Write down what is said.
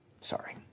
sorry